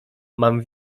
mam